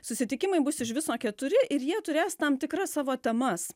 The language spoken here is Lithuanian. susitikimai bus iš viso keturi ir jie turės tam tikras savo temas